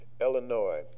Illinois